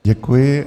Děkuji.